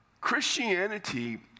Christianity